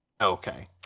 Okay